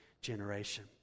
generation